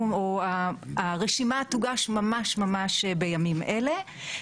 הרשימה תוגש ממש ממש בימים אלה.